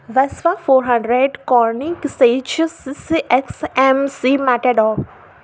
Vespa four hundred कॉर्नीकिसेचीस C C X M C मॅटेडॉ